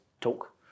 talk